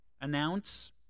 announce